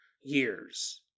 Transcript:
years